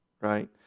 right